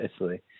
Italy